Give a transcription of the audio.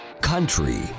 country